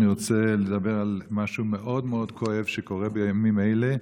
אני רוצה לדבר על משהו מאוד מאוד כואב שקורה בימים אלה.